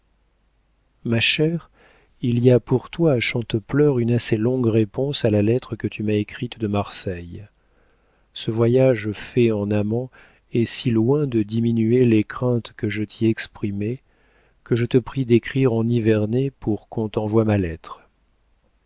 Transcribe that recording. ma chère il y a pour toi à chantepleurs une assez longue réponse à la lettre que tu m'as écrite de marseille ce voyage fait en amants est si loin de diminuer les craintes que je t'y exprimais que je te prie d'écrire en nivernais pour qu'on t'envoie ma lettre